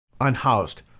Unhoused